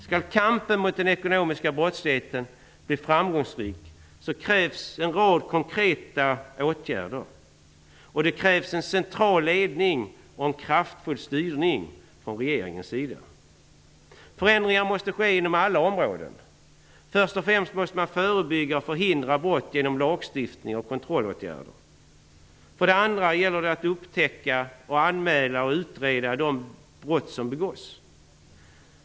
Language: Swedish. Om kampen mot den ekonomiska brottsligheten skall kunna bli framgångsrik krävs en rad konkreta åtgärder. Det krävs en central ledning och en kraftfull styrning från regeringens sida. Förändringar måste ske inom alla områden. För det första måste man förebygga och förhindra brott genom lagstiftning och kontrollåtgärder. För det andra gäller det att upptäcka, anmäla och utreda de brott som begås.